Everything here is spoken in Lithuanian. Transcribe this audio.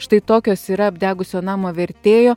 štai tokios yra apdegusio namo vertėjo